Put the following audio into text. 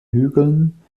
hügeln